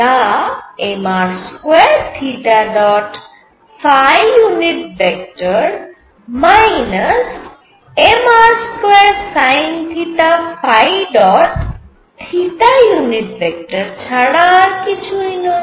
যা mr2 mr2sinθ ছাড়া আর কিছুই নয়